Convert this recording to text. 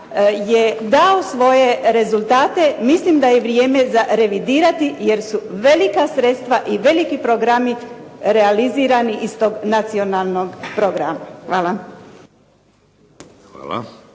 je dao svoje rezultate, mislim da je vrijeme za revidirati jer su velika sredstva i veliki programi realizirani iz tog nacionalnog programa. Hvala.